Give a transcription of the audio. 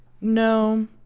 No